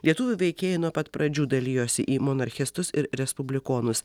lietuvių veikėjai nuo pat pradžių dalijosi į monarchistus ir respublikonus